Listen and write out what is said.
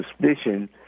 suspicion